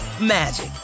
magic